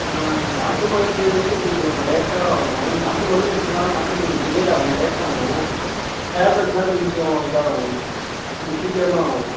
ஆ நாட்டு மருந்து வந்து கொஞ்சம் லேட்டாகும் நாட்டு மருந்தும் எடுத்துக்கலாம் ஆனால் நாட்டு மருந்து கொஞ்சம் டிலே ஆகும் லேட்டாகும் டேப்லெட்டு தான் கொஞ்சம் இதாகும் இப்படி சீக்கிரமாக ஆகும்